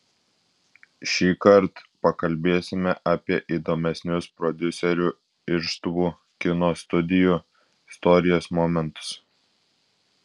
šįkart pakalbėsime apie įdomesnius prodiuserių irštvų kino studijų istorijos momentus